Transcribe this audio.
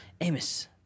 Amos